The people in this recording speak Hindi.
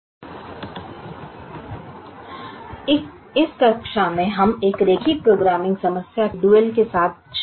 दोहरी करने के लिए प्रेरणा इस कक्षा में हम एक रैखिक प्रोग्रामिंग समस्या के डुअल के साथ शुरू करते हैं